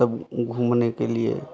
सब घूमने के लिए